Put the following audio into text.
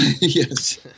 yes